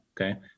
Okay